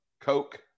Coke